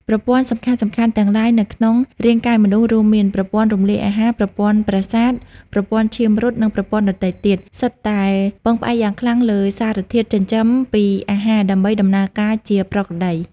ប្រព័ន្ធសំខាន់ៗទាំងឡាយនៅក្នុងរាងកាយមនុស្ស រួមមាន ប្រព័ន្ធរំលាយអាហារ ប្រព័ន្ធប្រសាទ ប្រព័ន្ធឈាមរត់ និងប្រព័ន្ធដទៃទៀត សុទ្ធតែ ពឹងផ្អែកយ៉ាងខ្លាំងលើសារធាតុចិញ្ចឹមពីអាហារ ដើម្បីដំណើរការជាប្រក្រតី។